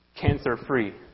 cancer-free